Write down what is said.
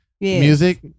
Music